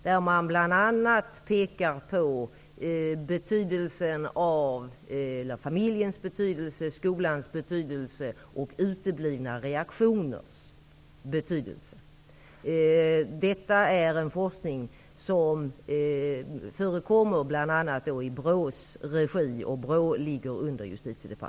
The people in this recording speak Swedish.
Man pekar bl.a. på betydelsen av hela familjen, skolan och uteblivna reaktioner. Denna forskning förekommer i BRÅ:s regi. BRÅ ligger under